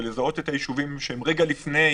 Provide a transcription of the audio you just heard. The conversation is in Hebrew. זה לזהות את היישובים שהם רגע לפני